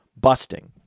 busting